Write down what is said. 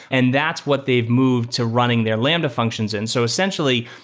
and that's what they've moved to running their lambda functions in. so essentially,